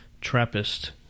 Trappist